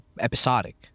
episodic